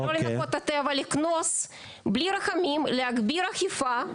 לא לנקות את הטבע, לקנוס בלי רחמים, להגביר אכיפה,